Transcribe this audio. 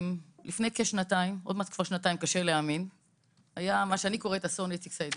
לפני כשנתיים היה מה שאני קוראת לו אסון איציק סעידיאן.